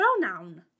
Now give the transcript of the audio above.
pronoun